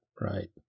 Right